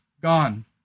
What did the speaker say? gone